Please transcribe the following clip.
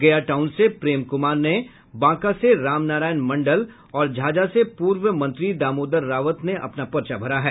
गया टाउन से मंत्री प्रेम कुमार ने बांका से राम नारायण मंडल और झाझा से पूर्व मंत्री दामोदर रावत ने अपना पर्चा भरा है